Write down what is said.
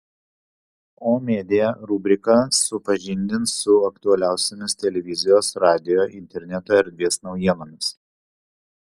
o media rubrika supažindins su aktualiausiomis televizijos radijo interneto erdvės naujienomis